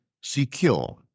secure